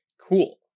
cool